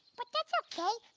but that's okay.